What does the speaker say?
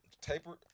tapered